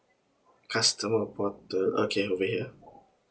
customer portal okay over here